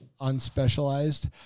unspecialized